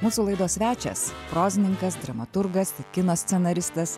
mūsų laidos svečias prozininkas dramaturgas kino scenaristas